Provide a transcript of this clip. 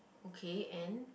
okay and